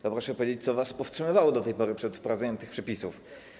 To proszę powiedzieć: Co was powstrzymywało do tej pory przed wprowadzeniem tych przepisów?